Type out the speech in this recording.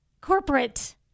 corporate